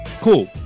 cool